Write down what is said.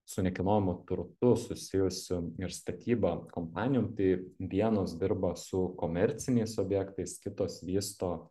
su nekilnojamu turtu susijusių ir statyba kompanijų tai vienos dirba su komerciniais objektais kitos vysto